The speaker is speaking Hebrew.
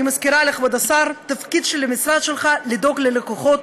אני מזכירה לכבוד השר: התפקיד של המשרד שלך הוא לדאוג ללקוחות,